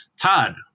Todd